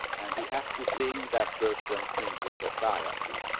and we have to bring that person into society.